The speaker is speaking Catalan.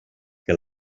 que